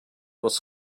was